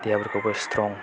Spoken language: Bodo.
देहाफोरखौबो स्थ्रं